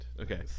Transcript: Okay